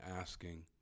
asking